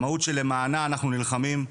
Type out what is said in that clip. המהות שלמענה אנחנו נלחמים,